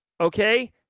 okay